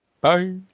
Bye